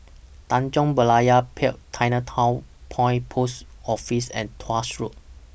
Tanjong Berlayer Pier Chinatown Point Post Office and Tuas Road